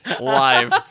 live